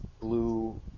blue